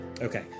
Okay